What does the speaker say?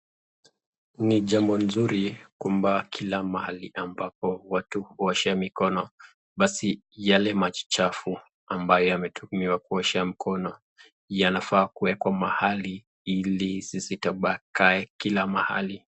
Ni jambo nzuri kwamba kila mahali ambapo watu huoshea mikono. Basi yale maji chafu ambayo yametumiwa kuosha mikono yanafaa kuekwa mahali ili zisitapake kila mahali.